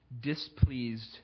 displeased